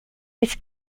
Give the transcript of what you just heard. its